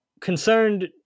concerned